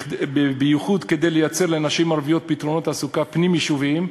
בייחוד כדי לייצר לנשים הערביות פתרונות תעסוקה פנים-יישוביים,